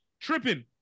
tripping